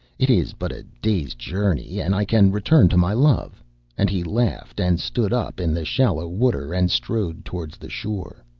it is but a day's journey, and i can return to my love and he laughed, and stood up in the shallow water, and strode towards the shore.